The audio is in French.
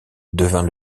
devint